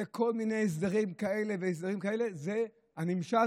לכל מיני הסדרים כאלו ואחרים, היא הממשל.